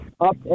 up